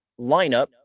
lineup